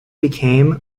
became